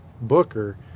booker